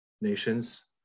nations